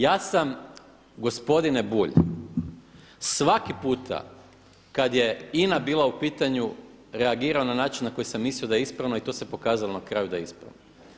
Ja sam gospodine Bulj, svaki puta kada je INA bila u pitanju reagirao na način na koji sam mislio da je ispravno i to se pokazalo na kraju da je ispravno.